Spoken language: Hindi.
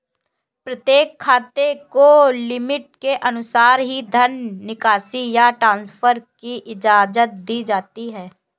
प्रत्येक खाते को लिमिट के अनुसार ही धन निकासी या ट्रांसफर की इजाजत दी जाती है